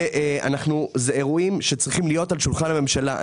ואלו דברים שצריכים להיות על שולחן הממשלה.